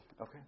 Okay